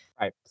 Right